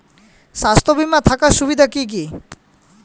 স্বাস্থ্য বিমা থাকার সুবিধা কী কী?